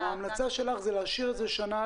ההמלצה שלך היא להשאיר את זה בגיל שנה,